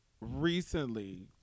recently